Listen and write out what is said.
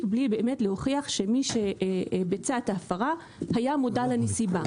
בלי באמת להוכיח שמי שביצע את ההפרה היה מודע לנסיבה,